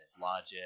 logic